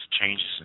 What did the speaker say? changes